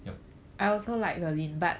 yup